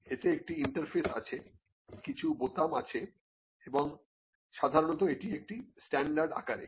এতে একটি ইন্টারফেস আছে কিছু বোতাম আছে এবং সাধারণত এটি একটি স্ট্যান্ডার্ড আকারে